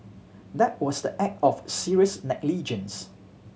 that was the act of serious negligence